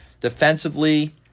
Defensively